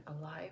alive